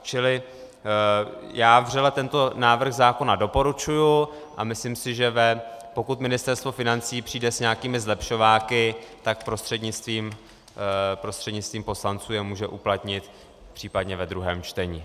Čili já vřele tento návrh zákona doporučuji a myslím si, že pokud Ministerstvo financí přijde s nějakými zlepšováky, tak prostřednictvím poslanců je může uplatnit případně ve druhém čtení.